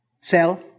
cell